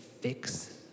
fix